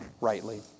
rightly